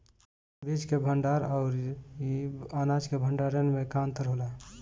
बीज के भंडार औरी अनाज के भंडारन में का अंतर होला?